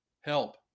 help